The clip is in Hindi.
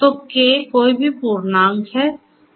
तो K कोई भी पूर्णांक है